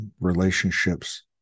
relationships